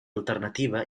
alternativa